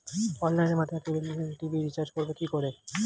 অনলাইনের মাধ্যমে cable TV recharge করব কি করে?